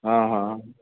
हा हा